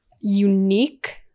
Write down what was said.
unique